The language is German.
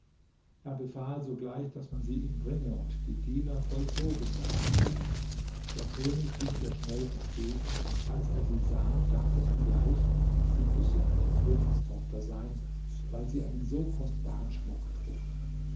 er befahl sogleich daß man sie ihm bringe und die diener vollzogen seinen befehl der könig ging ihr schnell entgegen und als er sie sah dachte er gleich sie müsse eine königstochter sein weil sie einen so kostbaren schmuck trug